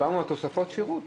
דיברנו על תוספות שירות.